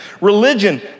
Religion